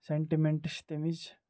sentiments چھِ تمِچ